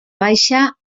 baixa